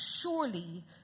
surely